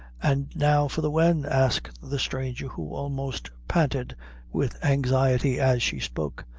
an' now for the when? asked the stranger, who almost panted with anxiety as she spoke.